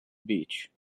beach